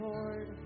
Lord